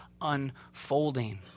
unfolding